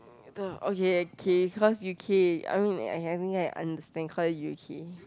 the okay okay cause U_K I mean I can think I understand cause U_K